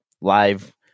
live